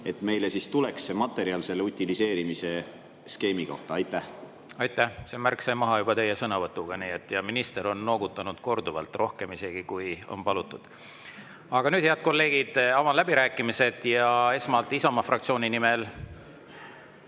et meile tuleks materjal selle utiliseerimise skeemi kohta? Aitäh! See märk sai maha juba teie sõnavõtuga. Ja minister on noogutanud korduvalt, rohkem isegi, kui on palutud. Aga nüüd, head kolleegid, avan läbirääkimised. Esmalt Isamaa fraktsiooni nimel